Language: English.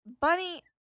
Bunny